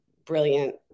brilliant